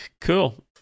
Cool